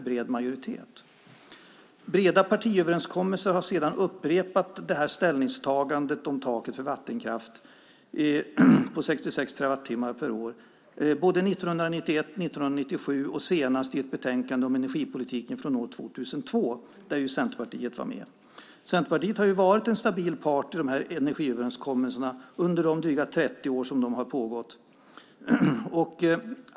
Breda partiöverenskommelser har sedan upprepat det här ställningstagandet om taket för vattenkraft på 66 terawattimmar per år, både 1991, 1997 och senast i ett betänkande om energipolitiken år 2002 där Centerpartiet var med. Centerpartiet har varit en stabil part i de här energiöverenskommelserna under de dryga 30 år som de har pågått.